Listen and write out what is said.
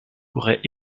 pourrait